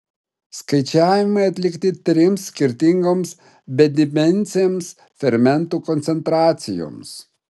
skaičiavimai atlikti trims skirtingoms bedimensėms fermentų koncentracijoms